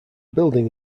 building